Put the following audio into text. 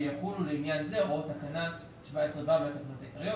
ויחולו לעניין זה הוראות תקנה 17(ו) לתקנות העיקריות.